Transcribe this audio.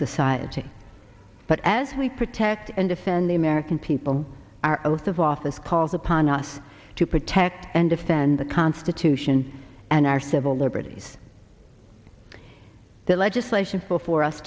society but as we protect and defend the american people are oath of office calls upon us to protect and defend the constitution and our civil liberties the legislation befor